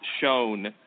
shown